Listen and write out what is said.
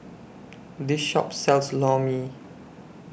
This Shop sells Lor Mee